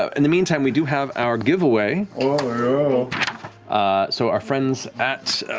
um in the meantime, we do have our giveaway. so our friends at